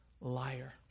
liar